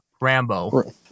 Rambo